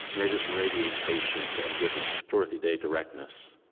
and they just radiate patience and goodness, dorothy day directness,